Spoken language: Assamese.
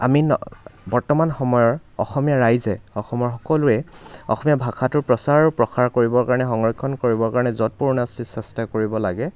আমি বৰ্তমান সময়ৰ অসমীয়া ৰাইজে অসমৰ সকলোৱে অসমীয়া ভাষাটোৰ প্ৰচাৰ আৰু প্ৰসাৰ কৰিবৰ কাৰণে সংৰক্ষণ কৰিবৰ কাৰণে যৎপৰোনাস্তি চেষ্টা কৰিব লাগে